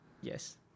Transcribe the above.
Yes